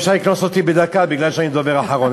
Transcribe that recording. אפשר לקנוס אותי בדקה בגלל שאני דובר אחרון,